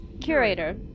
Curator